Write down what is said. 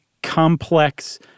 complex